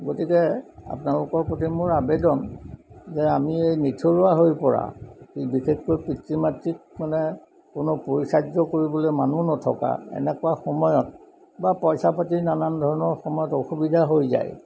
গতিকে আপোনালোকৰ প্ৰতি মোৰ আবেদন যে আমি এই নিথৰুৱা হৈ পৰা বিশেষকৈ পিতৃ মাতৃক মানে কোনো পৰিচাৰ্য কৰিবলৈ মানুহ নথকা এনেকুৱা সময়ত বা পইচা পাতি নানান ধৰণৰ সময়ত অসুবিধা হৈ যায়